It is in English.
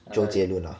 周杰伦 ah